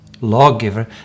lawgiver